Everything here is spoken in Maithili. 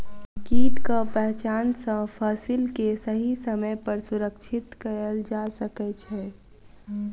कीटक पहचान सॅ फसिल के सही समय पर सुरक्षित कयल जा सकै छै